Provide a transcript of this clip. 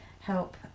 help